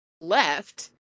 left